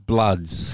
Bloods